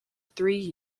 three